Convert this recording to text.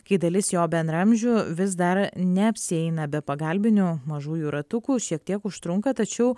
kai dalis jo bendraamžių vis dar neapsieina be pagalbinių mažųjų ratukų šiek tiek užtrunka tačiau